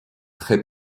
très